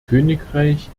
königreich